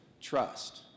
trust